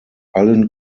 allen